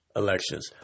elections